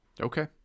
Okay